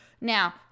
Now